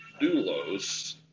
doulos